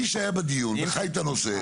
מי שהיה בדיון וחי את הנושא,